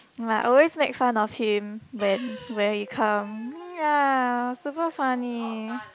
I always make fun of him when when he come ya super funny